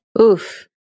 Oof